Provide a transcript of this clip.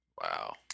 Wow